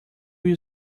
will